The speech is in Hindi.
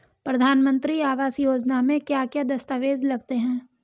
प्रधानमंत्री आवास योजना में क्या क्या दस्तावेज लगते हैं?